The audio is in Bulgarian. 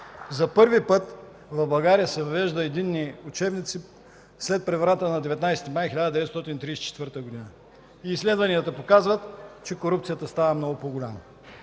За първи път в България се въвеждат единни учебници след преврата на 19 май 1934 г. Изследванията показват, че корупцията става много по-голяма.